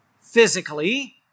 Physically